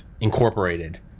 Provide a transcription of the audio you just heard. Incorporated